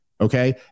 Okay